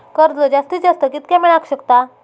कर्ज जास्तीत जास्त कितक्या मेळाक शकता?